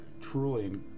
truly